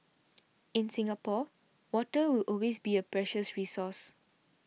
in Singapore water will always be a precious resource